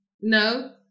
No